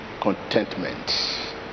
contentment